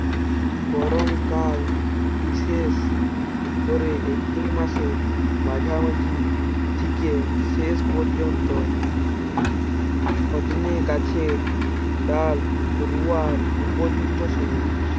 গরমকাল বিশেষ কোরে এপ্রিল মাসের মাঝামাঝি থিকে শেষ পর্যন্ত সজনে গাছের ডাল রুয়ার উপযুক্ত সময়